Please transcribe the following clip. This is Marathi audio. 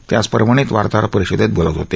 ते आज परभणीत वार्ताहर परिषदेत बोलत होते